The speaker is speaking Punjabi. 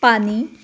ਪਾਣੀ